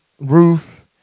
Ruth